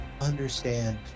understand